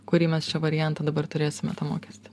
kurį mes čia variantą dabar turėsime tą mokestį